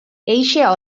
eixe